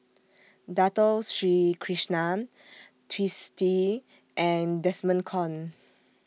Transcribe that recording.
Dato Sri Krishna Twisstii and Desmond Kon